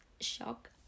shock